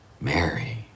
mary